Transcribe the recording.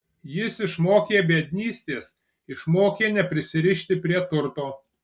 jis išmokė biednystės išmokė neprisirišti prie turto